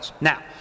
Now